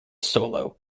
solo